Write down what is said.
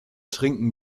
trinken